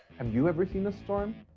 um you ever seen the storm?